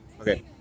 Okay